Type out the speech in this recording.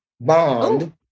Bond